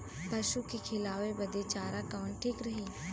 पशु के खिलावे बदे चारा कवन ठीक रही?